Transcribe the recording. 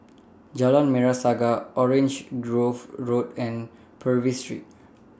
Jalan Merah Saga Orange Grove Road and Purvis Street